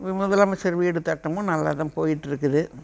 முதலமைச்சர் வீடு திட்டமும் நல்லா தான் போயிகிட்ருக்குது